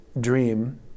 dream